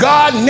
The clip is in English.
God